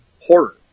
horror